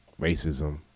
racism